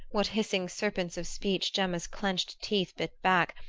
what hissing serpents of speech gemma's clinched teeth bit back,